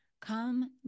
Come